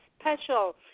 special